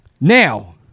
now